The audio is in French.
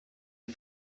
des